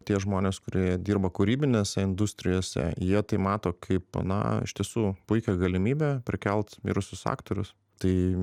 tie žmonės kurie dirba kūrybinėse industrijose jie tai mato kaip na iš tiesų puikią galimybę prikelt mirusius aktorius tai